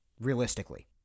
Realistically